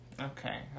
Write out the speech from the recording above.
Okay